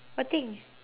what thing